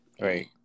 Right